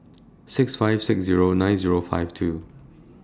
six five six Zero nine Zero five two